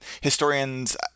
historians